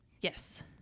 Yes